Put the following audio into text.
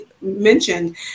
mentioned